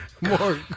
More